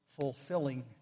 fulfilling